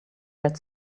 red